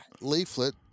leaflet